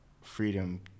freedom